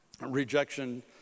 rejection